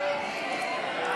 סעיף 83,